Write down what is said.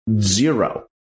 zero